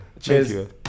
cheers